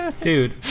Dude